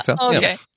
okay